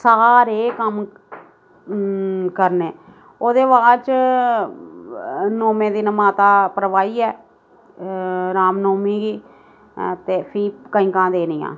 सारे कम्म करने ओहदे बाद च नौमें दिन माता परवाहियै रामनौमीं गी ते फ्ही कंजकां देनियां